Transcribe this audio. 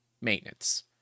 maintenance